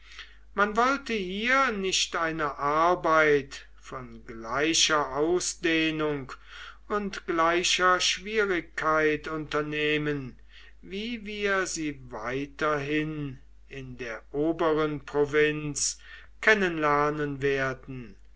man wollte hier nicht eine arbeit von gleicher ausdehnung und gleicher schwierigkeit unternehmen wie wir sie weiterhin in der oberen provinz kennenlernen werden